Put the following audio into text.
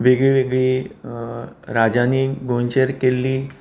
वेगळी वेगळी राजानीं गोंयचेर केल्ली